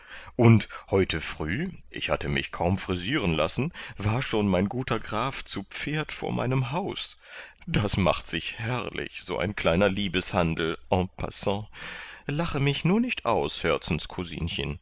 und heute früh ich hatte mich kaum frisieren lassen war schon mein guter graf zu pferd vor meinem haus das macht sich herrlich so ein kleiner liebeshandel en passant lache mich nur nicht aus